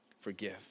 forgive